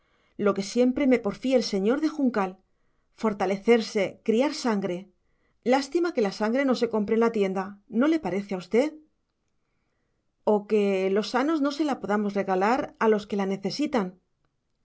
lo que siempre me porfía el señor de juncal fortalecerse criar sangre lástima que la sangre no se compre en la tienda no le parece a usted o que los sanos no se la podamos regalar a los que la necesitan